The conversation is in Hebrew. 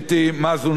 מה זו נחישות,